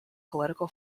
political